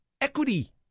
equity